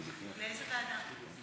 לאיזו ועדה?